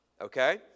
Okay